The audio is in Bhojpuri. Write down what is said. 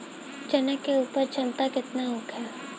चना के उपज क्षमता केतना होखे?